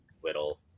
whittle